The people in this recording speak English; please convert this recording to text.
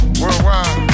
worldwide